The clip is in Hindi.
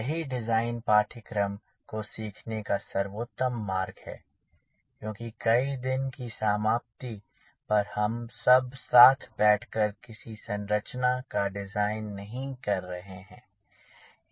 यही डिज़ाइन पाठ्यक्रम को सीखने का सर्वोत्तम मार्ग हैक्योंकि दिन की समाप्ति पर हम सब साथ बैठकर किसी संरचना का डिज़ाइन नहीं कर रहे हैं